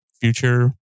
Future